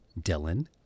Dylan